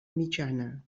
mitjana